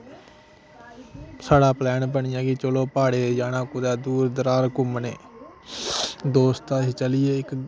साढ़ा प्लैन बनी आ कि चलो प्हाड़ै ई जाना कुदै दूर दरार घूमनै दोस्त अस चलिये